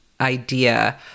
idea